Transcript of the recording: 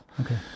okay